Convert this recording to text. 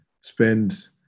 spend